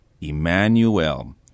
Emmanuel